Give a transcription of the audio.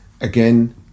again